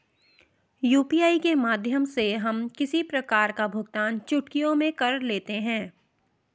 UPI के माध्यम से हम किसी प्रकार का भुगतान चुटकियों में कर लेते हैं